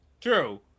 True